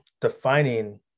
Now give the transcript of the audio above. defining